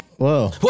Whoa